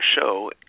show